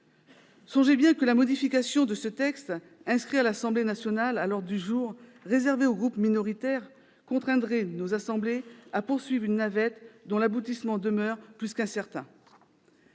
Songez bien que la modification de ce texte, inscrit à l'ordre du jour de l'Assemblée nationale réservé aux groupes minoritaires, contraindrait nos assemblées à poursuivre une navette dont l'aboutissement demeure plus qu'incertain.